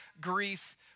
grief